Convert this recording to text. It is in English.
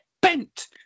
bent